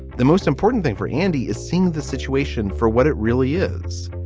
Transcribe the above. the most important thing for andy is seeing the situation for what it really is,